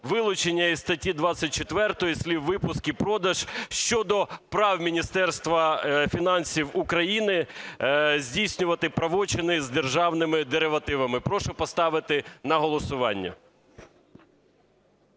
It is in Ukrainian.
вилучення із статті 24 слів "випуск і продаж" щодо прав Міністерства фінансів України здійснювати правочини з державними деривативами. Прошу поставити на голосування.